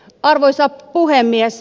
arvoisa puhemies